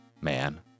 man